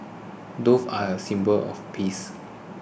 doves are a symbol of peace